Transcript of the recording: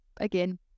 Again